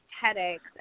headaches